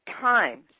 times